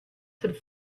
had